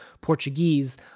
Portuguese